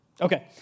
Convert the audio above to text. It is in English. Okay